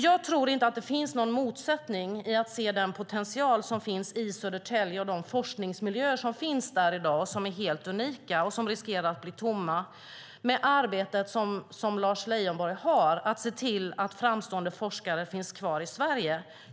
Jag tror inte att det finns någon motsättning mellan att se den potential som finns i Södertälje med de forskningsmiljöer som finns där i dag, som är helt unika och som riskerar att bli tomma, och det arbete som Lars Leijonborg har för att se till att framstående forskare finns kvar i Sverige.